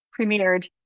premiered